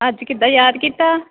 ਅੱਜ ਕਿੱਦਾਂ ਯਾਦ ਕੀਤਾ